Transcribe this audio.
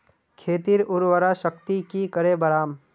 खेतीर उर्वरा शक्ति की करे बढ़ाम?